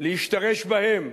להשתרש בהם